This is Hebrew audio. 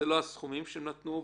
זה לא הסכומים שהם נתנו,